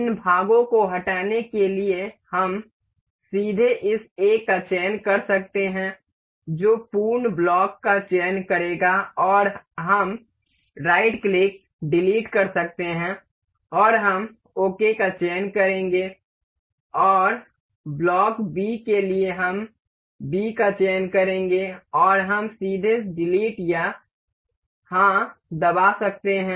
इन भागों को हटाने के लिए हम सीधे इस A का चयन कर सकते हैं जो पूर्ण ब्लॉक का चयन करेगा और हम राइट क्लिक डिलीट कर सकते हैं और हम ओके का चयन करेंगे और ब्लॉक B के लिए हम B का चयन करेंगे और हम सीधे डिलीट या हां दबा सकते हैं